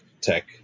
tech